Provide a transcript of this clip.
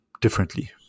differently